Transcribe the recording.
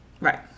right